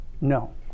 No